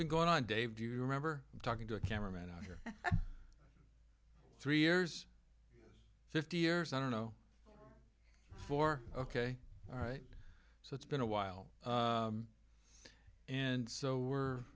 been going on dave do you remember talking to a camera man over three years fifty years i don't know four ok all right so it's been a while and so we're